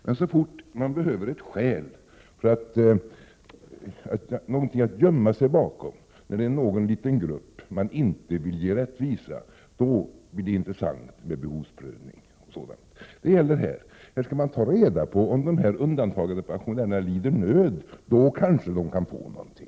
Men så fort socialdemokraterna behöver någonting att gömma sig bakom, när det är en liten grupp som de inte vill ge rättvisa, blir det intressant med behovsprövning. Det gäller här. Man skall ta reda på om undantagandepensionärerna lider nöd, och i så fall kanske de kan få någonting.